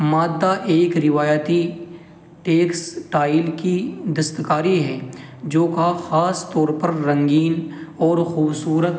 مادہ ایک روایتی ٹیکسٹائل کی دستکاری ہے جو کا خاص طور پر رنگین اور خوبصورت